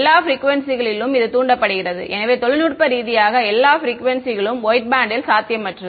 எல்லா ப்ரிக்குவேன்சிகளிலும் இது தூண்டப்படுகிறது எனவே தொழில்நுட்ப ரீதியாக எல்லா ப்ரிக்குவேன்சிகளும் வொயிட் பேண்ட் ல் சாத்தியமற்றது